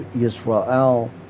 Israel